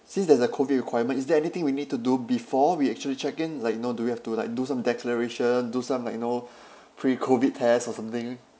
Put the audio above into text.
since there's a COVID requirement is there anything we need to do before we actually check in like you know do we have to like do some declaration do some like you know pre COVID test or something